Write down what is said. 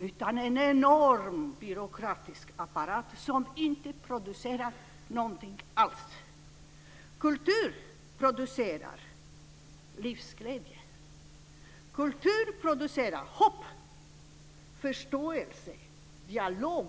AMS är en enorm byråkratiska apparat som inte producerar någonting alls. Kultur producerar livsglädje, hopp, förståelse och dialog.